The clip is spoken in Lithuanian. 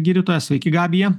gydytoja sveiki gabija